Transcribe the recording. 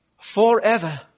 Forever